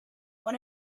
one